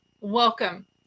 welcome